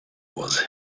was